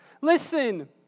Listen